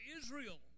Israel